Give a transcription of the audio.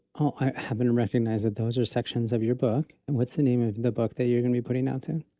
i haven't recognized that those are sections of your book, and what's the name of the book that you're going to be putting out soon?